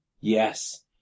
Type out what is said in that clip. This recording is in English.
yes